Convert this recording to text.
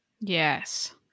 Yes